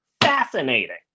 fascinating